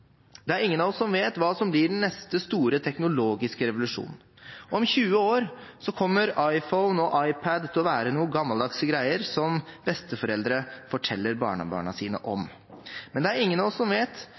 Det er ingen av oss som vet hva som blir den neste store teknologiske revolusjonen. Om 20 år kommer iPhone og iPad til å være noen gammeldagse greier som besteforeldre forteller barnebarna sine om. Men det er ingen av oss som vet